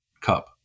cup